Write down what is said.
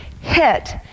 Hit